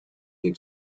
need